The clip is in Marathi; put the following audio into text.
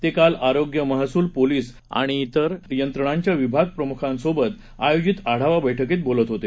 ते काल आरोग्य महसूल पोलीस आणि विर यंत्रणांच्या विभाग प्रमुखासोबत आयोजित आढावा बळकीत बोलत होते